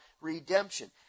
redemption